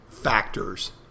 factors